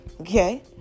Okay